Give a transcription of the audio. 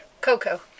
Coco